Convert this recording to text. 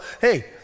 hey